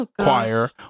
choir